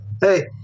Hey